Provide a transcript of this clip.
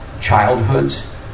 childhoods